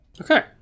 Okay